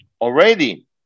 already